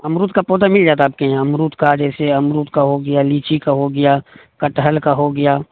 امرود کا پودا مل جاتا ہے آپ کے یہاں امرود کا جیسے امرود کا ہو گیا لیچی کا ہو گیا کٹہل کا ہو گیا